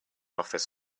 office